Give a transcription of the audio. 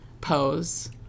Pose